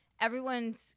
everyone's